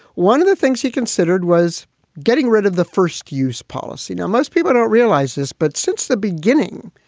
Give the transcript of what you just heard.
one of the things he considered was getting rid of the first use policy. now, most people don't realize this, but since the beginning,